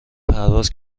پرواز